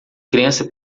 criança